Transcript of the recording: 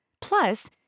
Plus